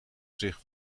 zich